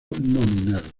nominal